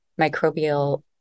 microbial